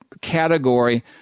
Category